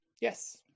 yes